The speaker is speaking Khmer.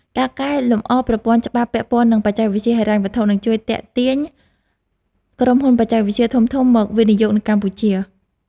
ការកែលម្អប្រព័ន្ធច្បាប់ពាក់ព័ន្ធនឹងបច្ចេកវិទ្យាហិរញ្ញវត្ថុនឹងជួយទាក់ទាញក្រុមហ៊ុនបច្ចេកវិទ្យាធំៗមកវិនិយោគនៅកម្ពុជា។